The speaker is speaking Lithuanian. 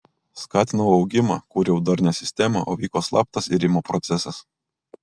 skatinau augimą kūriau darnią sistemą o vyko slaptas irimo procesas